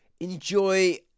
Enjoy